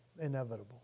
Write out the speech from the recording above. inevitable